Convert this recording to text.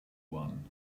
one